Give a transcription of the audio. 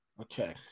Okay